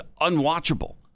unwatchable